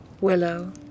willow